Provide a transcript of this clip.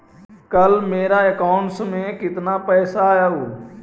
कल मेरा अकाउंटस में कितना पैसा आया ऊ?